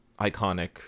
iconic